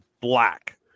black